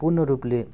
पूर्ण रूपले